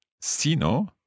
sino